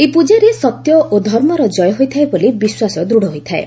ଏହି ପୂକାରେ ସତ୍ୟ ଏବଂ ଧର୍ମର ଜୟ ହୋଇଥାଏ ବୋଲି ବିଶ୍ୱାସ ଦୂଢ଼ ହୋଇଥାଏ